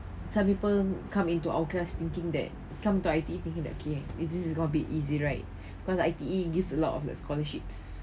some people come into our class thinking that come to I_T_E thinking that okay this is going to be easy right cause I_T_E gives a lot of the scholarships